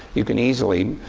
you can easily